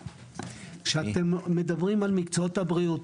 כשאתם מדברים על מקצועות הבריאות,